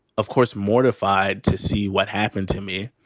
of course, mortified to see what happened to me.